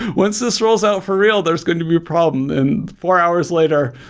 once this roles out for real, there's going to be a problem, and four hours later,